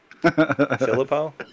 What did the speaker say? Filippo